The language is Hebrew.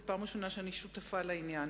וזאת הפעם הראשונה שאני שותפה לעניין.